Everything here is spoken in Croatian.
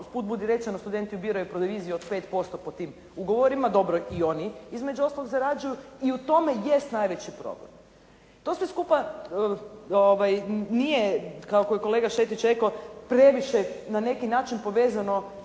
usput budi rečeno studenti ubiraju proviziju od 5% po tim ugovorima, dobro i oni između ostalog zarađuju. I u tome jest najveći problem. To sve skupa nije kako je kolega Šetić rekao previše na neki način povezano